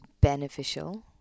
beneficial